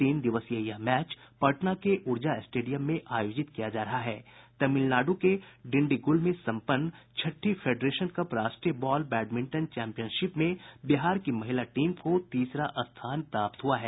तीन दिवसीय यह मैच पटना के ऊर्जा स्टेडियम में आयोजित किया जा रहा है तमिलनाडु के डिंडीगुल में समपन्न छठी फेडरेशन कप राष्ट्रीय बॉल बैंडमिंटन चैंपियनशिप में बिहार की महिला टीम को तीसरा स्थान प्राप्त हुआ है